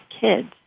kids